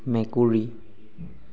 মেকুৰী